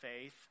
faith